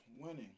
winning